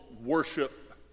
worship